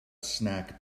snack